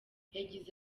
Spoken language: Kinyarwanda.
yagize